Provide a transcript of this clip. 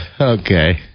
okay